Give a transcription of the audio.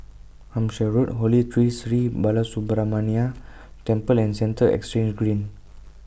Hampshire Road Holy Tree Sri Balasubramaniar Temple and Central Exchange Green